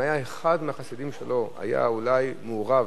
אם היה אחד מהחסידים שלו אולי מעורב,